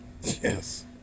Yes